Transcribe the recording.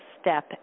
step